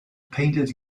painted